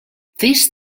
this